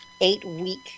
eight-week